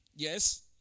Yes